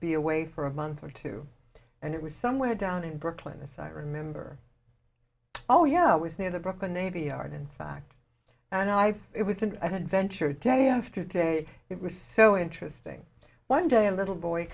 be away for a month or two and it was somewhere down in brooklyn this i remember oh yeah it was near the brooklyn navy yard in fact and i it was an adventure day after day it was so interesting one day a little boy